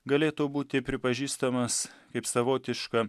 galėtų būti pripažįstamas kaip savotiška